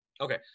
Okay